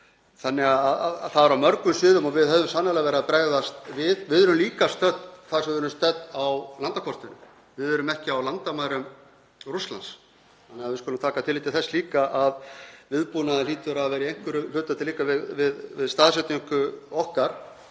þannig að það er á mörgum sviðum. Við höfum sannarlega verið að bregðast við. Við erum líka stödd þar sem við erum stödd á landakortinu. Við erum ekki á landamærum Rússlands. Við skulum taka tillit til þess líka að viðbúnaður hlýtur að vera í einhverju hlutfalli við staðsetningu okkar